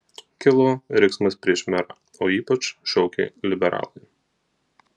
kilo riksmas prieš merą o ypač šaukė liberalai